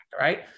right